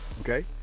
Okay